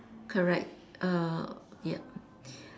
correct uh yup